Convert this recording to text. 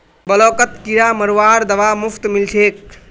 ब्लॉकत किरा मरवार दवा मुफ्तत मिल छेक